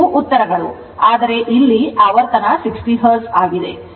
ಇವು ಉತ್ತರಗಳು ಆದರೆ ಇಲ್ಲಿ ಆವರ್ತನ 60 Hz